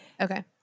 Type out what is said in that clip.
Okay